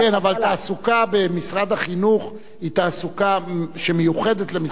אבל תעסוקה במשרד החינוך היא תעסוקה שמיוחדת למשרד החינוך.